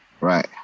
right